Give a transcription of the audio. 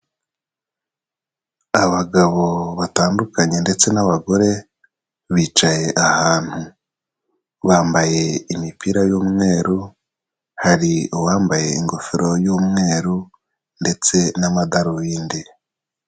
Abagabo batandukanye ndetse n'abagore bicaye ahantu bambaye imipira y'umweru, hari uwambaye ingofero y'umweru ndetse n'amadarubindi.